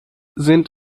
sind